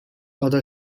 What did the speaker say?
other